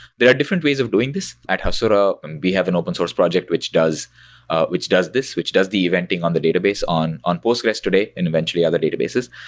there are different ways of doing this at hasura, and we have an open source project which does ah which does this, which does the eventing on the database on on postgres today and eventually other databases,